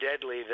deadly